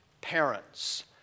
parents